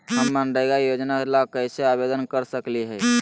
हम मनरेगा योजना ला कैसे आवेदन कर सकली हई?